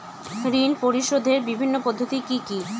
ঋণ পরিশোধের বিভিন্ন পদ্ধতি কি কি?